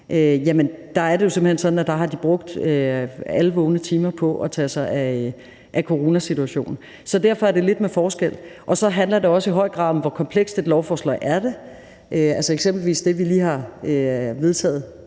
hen er sådan, at de har brugt alle vågne timer på at tage sig af coronasituation. Så derfor er det lidt med forskel. Så handler det også i høj grad om, hvor komplekst et lovforslag det er. Altså, eksempelvis det, vi lige har behandlet